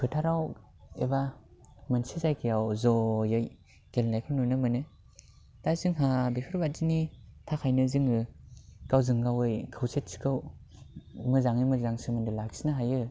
फोथाराव एबा मोनसे जायगायाव ज'यै गेलेनायखौ नुनो मोनो दा जोंहा बेफोरबादिनि थाखायनो जोङो गावजों गावै खौसेथिखौ मोजाङै मोजां सोमोन्दो लाखिनो हायो